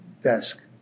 desk